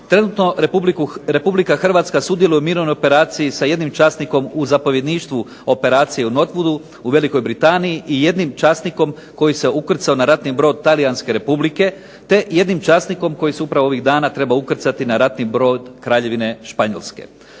Trenutno Republika Hrvatska sudjeluje u mirovnoj operaciji sa jednim časnikom u zapovjedništvu operacije u Northwoodu u Velikoj Britaniji i jednim časnikom koji se ukrcao na ratni brod Talijanske Republike te jednim časnikom koji se upravo ovih dana treba ukrcati na ratni brod Kraljevine Španjolske.